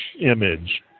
image